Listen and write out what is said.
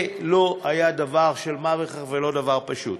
זה לא היה דבר של מה בכך ולא דבר פשוט.